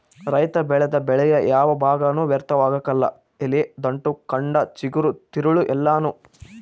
ರೈತ ಬೆಳೆದ ಬೆಳೆಯ ಯಾವ ಭಾಗನೂ ವ್ಯರ್ಥವಾಗಕಲ್ಲ ಎಲೆ ದಂಟು ಕಂಡ ಚಿಗುರು ತಿರುಳು ಎಲ್ಲಾನೂ